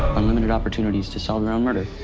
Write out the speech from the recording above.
unlimited opportunities to solve your own murder.